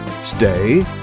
stay